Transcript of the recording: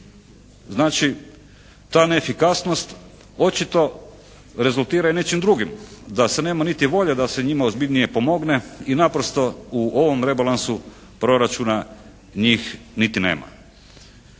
Znači, ta neefikasnost očito rezultira i nečim drugim. Da se nema niti volje da se njima ozbiljnije pomogne i naprosto u ovom rebalansu proračuna njih niti nema.